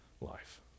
Life